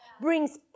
brings